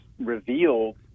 revealed